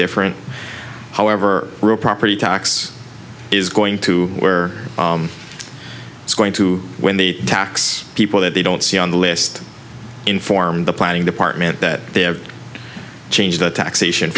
different however property tax is going to where it's going to when the tax people that they don't see on the list inform the planning department that they have to change the taxation